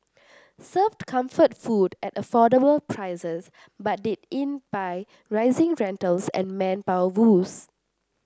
served comfort food at affordable prices but did in by rising rentals and manpower woes